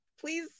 please